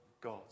God